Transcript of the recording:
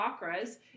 chakras